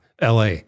LA